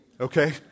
okay